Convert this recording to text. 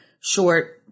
short